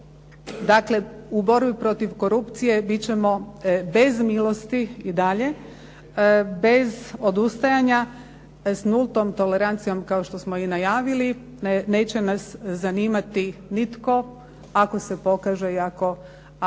Dakle, u borbi protiv korupcije bit ćemo bez milosti i dalje, bez odustajanja s nultom tolerancijom kao što smo i najavili. Neće nas zanimati nitko, ako se pokaže i ako